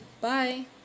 Bye